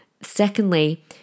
Secondly